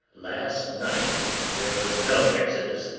last night there was no exodus,